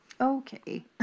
Okay